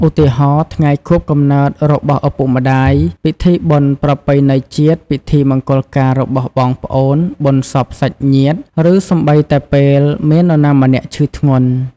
ឧទាហរណ៍ ថ្ងៃខួបកំណើតរបស់ឪពុកម្ដាយ ពិធីបុណ្យប្រពៃណីជាតិ ពិធីមង្គលការរបស់បងប្អូន បុណ្យសពសាច់ញាតិ ឬសូម្បីតែពេលមាននរណាម្នាក់ឈឺធ្ងន់។